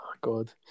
God